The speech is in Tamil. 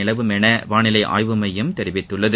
நிலவும் என் வானிலை ஆய்வு எமயம் தெரிவித்துள்ளது